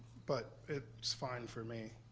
but ah it's fine for me.